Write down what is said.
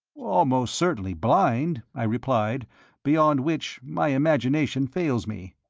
almost certainly blind, i replied beyond which my imagination fails me.